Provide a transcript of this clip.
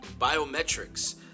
biometrics